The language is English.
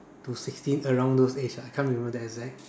to sixteen around those age ah I can't remember the exact